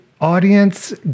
audience